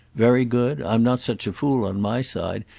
very good i'm not such a fool, on my side,